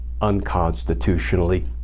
unconstitutionally